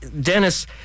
Dennis